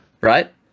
right